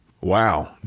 Wow